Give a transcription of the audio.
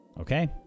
Okay